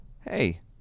hey